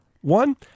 One